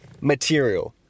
material